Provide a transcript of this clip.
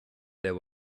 there